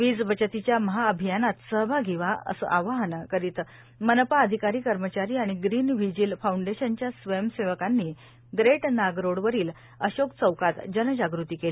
वीज बचतीच्या महाअभियानात सहभागी व्हा असे आवाहन करीत मनपा अधिकारी कर्मचारी आणि ग्रीन व्हिजील फाऊंडेशनच्या स्वयंसेवकांनी ग्रेट नाग रोडवरील अशोक चौकात जनजागृती केली